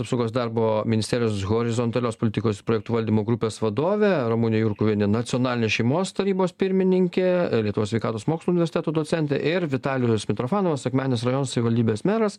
apsaugos darbo ministerijos horizontalios politikos projektų valdymo grupės vadovė ramunė jurkuvienė nacionalinės šeimos tarybos pirmininkė lietuvos sveikatos mokslų universiteto docentė ir vitalijus mitrofanovas akmenės rajono savivaldybės meras